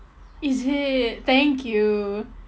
is it thank you